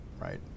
right